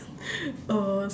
uh